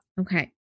Okay